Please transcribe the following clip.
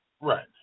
Right